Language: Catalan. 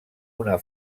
una